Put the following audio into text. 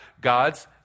God's